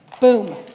Boom